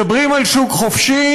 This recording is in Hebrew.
מדברים על שוק חופשי,